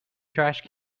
trash